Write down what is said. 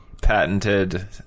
patented